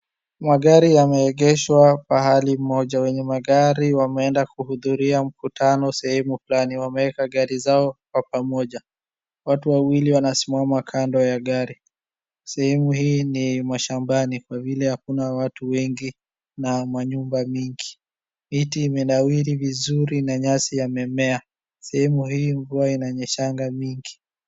Magari yameegeshwa pahali moja, wenye magari wameenda kuhudhuria mkutano sehemu fulani, wameeka magari zao kwa pamoja. Watu wawili wanasimama kando ya gari, sehemu hii ni mashambani kwa vile hakuna watu wengi na manyumba mingi. Miti imenawiri vizuri na nyasi imemea, sehemu hii mvua inanyeshanga mingi.